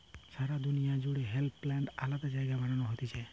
সারা দুনিয়া জুড়ে hemp plant আলাদা জায়গায় বানানো হতিছে